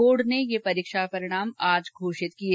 board ने यह परीक्षा परिणाम आज घोषित किये